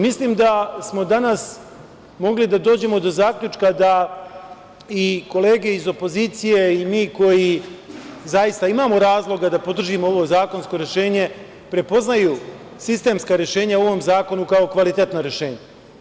Mislim da smo danas mogli da dođemo do zaključka da i kolege iz opozicije i mi koji imamo razloga da podržimo ovo zakonsko rešenje, prepoznaju sistemska rešenja u ovom zakonu kao kvalitetna rešenja.